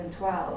2012